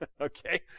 Okay